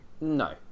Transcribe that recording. No